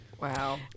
Wow